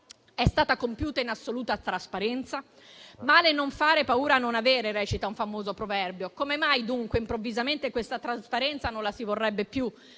è stata compiuta in assoluta trasparenza? Male non fare, paura non avere, recita un famoso proverbio. Come mai, dunque, improvvisamente questa trasparenza non la si vorrebbe più,